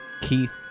Keith